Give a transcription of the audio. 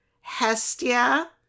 Hestia